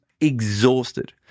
exhausted